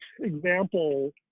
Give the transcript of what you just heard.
example